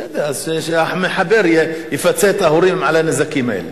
בסדר, אז שהמחבר יפצה את ההורים על הנזקים האלה.